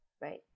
right